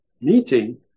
meeting